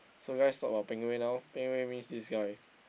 so we guys talk about Ping-Wei now Ping-Wei means this guy